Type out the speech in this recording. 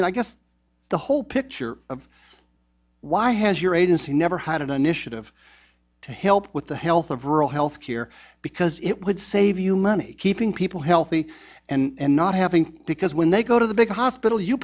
mean i guess the whole picture of why has your agency never had an initiative to help with the health of rural health care because it would save you money keeping people healthy and not having because when they go to the big hospital you